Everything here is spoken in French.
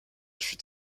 fut